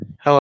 hello